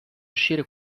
uscire